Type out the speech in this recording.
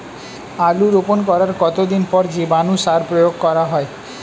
আলু রোপণ করার কতদিন পর জীবাণু সার প্রয়োগ করা হয়?